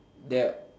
that